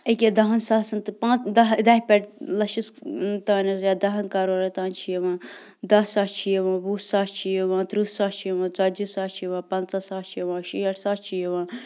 ییٚکیٛاہ دَہن ساسَن تہٕ دَہ دَہہِ پٮ۪ٹھ لَچھَس تانٮ۪تھ یا دَہن کَرورَن تام چھِ یِوان دَہ ساس چھِ یِوان وُہ ساس چھِ یِوان تٕرٛہ ساس چھِ یِوان ژَتجی ساس چھِ یِوان پنٛژاہ ساس چھِ یِوان شیٹھ ساس چھِ یِوان